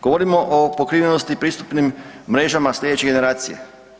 Govorimo o pokrivenosti prisutnim mrežama slijedeće generacije.